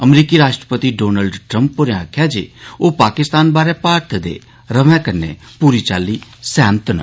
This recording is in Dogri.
अमरीकी राष्ट्रपति डोनाल्ड ट्रम्प होरें आक्खेआ ऐ जे ओ पाकिस्तान बारै भारत दे रमै कन्नै पूरी चाल्ली सहमत न